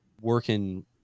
working